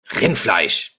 rindfleisch